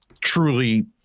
truly